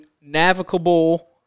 navigable